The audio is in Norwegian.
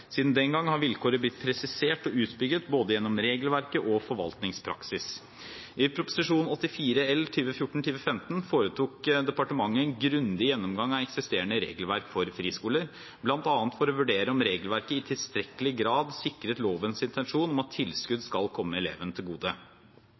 Siden den gang har vilkårene blitt presisert og utbygd både gjennom regelverket og gjennom forvaltningspraksis. I Prop. 84 L for 2014–2015 foretok departementet en grundig gjennomgang av eksisterende regelverk for friskoler, bl.a. for å vurdere om regelverket i tilstrekkelig grad sikret lovens intensjon om at tilskudd